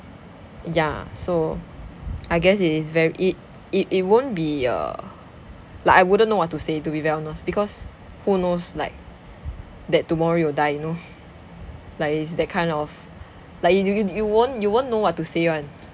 ya so I guess it is very it it it won't be err like I wouldn't know what to say to be very honest because who knows like that tomorrow you'll die you know like it's that kind of like you d~ you d~ you won't you won't know what to say [one]